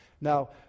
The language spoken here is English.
Now